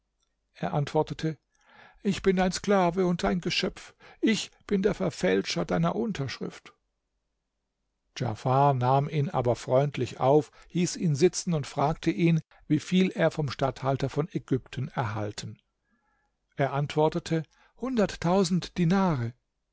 er antwortete ich bin dein sklave und dein geschöpf ich bin der verfälscher deiner unterschrift djafar nahm ihn aber freundlich auf hieß ihn sitzen und fragte ihn wie viel er vom statthalter von ägypten erhalten er antwortete hunderttausend dinare